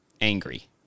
angry